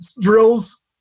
drills